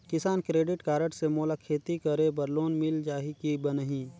किसान credit card से मोला खेती करे बर लोन मिल जाहि की बनही??